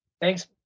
thanks